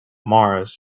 mars